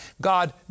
God